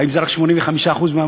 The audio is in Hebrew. האם זה רק 85% מהממוצע.